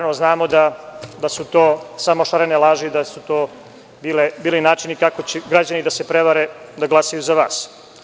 Znamo da su to samo šarene laže, da su to bili načini kako će građani da se prevare da glasaju za vas.